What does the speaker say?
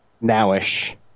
now-ish